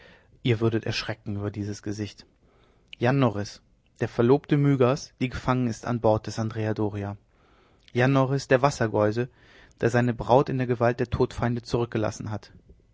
ihr würdet erschrecken über dieses gesicht jan norris der verlobte mygas die gefangen ist an bord des andrea doria jan norris der wassergeuse der seine braut in der gewalt der todfeinde zurückgelassen hat